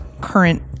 current